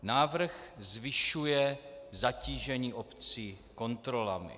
Návrh zvyšuje zatížení obcí kontrolami.